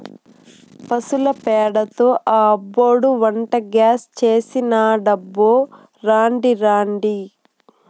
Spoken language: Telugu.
పశుల పెండతో మా అబ్బోడు వంటగ్యాస్ చేసినాడబ్బో రాండి రాండి